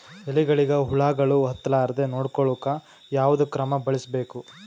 ಎಲೆಗಳಿಗ ಹುಳಾಗಳು ಹತಲಾರದೆ ನೊಡಕೊಳುಕ ಯಾವದ ಕ್ರಮ ಬಳಸಬೇಕು?